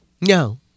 no